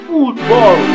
Football